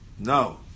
No